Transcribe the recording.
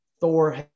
Thor